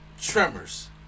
Tremors